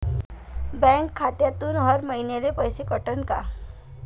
Bank खात्यातून हर महिन्याले पैसे कटन का?